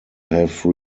have